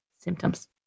symptoms